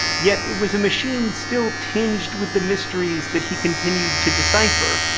yet it was a machine still tinged with the mysteries that he continued to decipher,